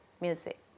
music